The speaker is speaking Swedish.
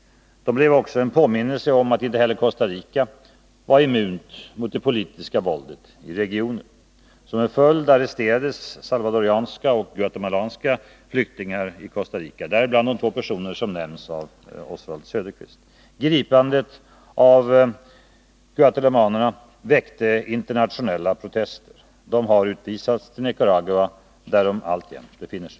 De blev också en påminnelse om att inte heller Costa Rica var immunt mot det politiska våldet i regionen. Som en följd arresterades salvadoranska och guatemalanska flyktingar i Costa Rica, däribland de två personer som nämns av Oswald Söderqvist. Gripandet av guatemalanerna väckte internationella protester. De har utvisats till Nicaragua, där de alltjämt befinner sig.